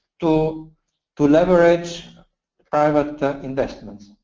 to to leverage private ah investments.